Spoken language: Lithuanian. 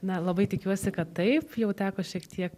na labai tikiuosi kad taip jau teko šiek tiek